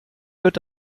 wird